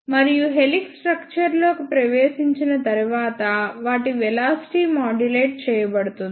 మరియు helix structure లోకి ప్రవేశించిన తరువాత వాటి వెలాసిటీ మాడ్యులేట్ చేయబడుతుంది